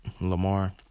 Lamar